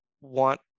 want